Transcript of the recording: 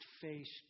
face